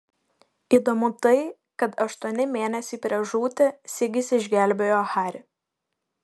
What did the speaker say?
įdomu tai kad aštuoni mėnesiai prieš žūtį sigis išgelbėjo harį